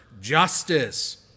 justice